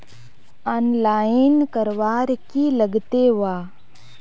Online करवार की लगते वा?